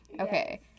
Okay